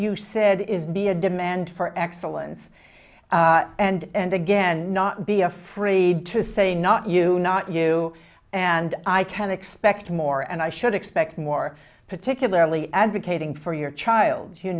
you said is be a demand for excellence and again not be afraid to say not you not you and i can expect more and i should expect more particularly advocating for your child you